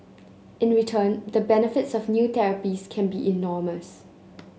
in return the benefits of new therapies can be enormous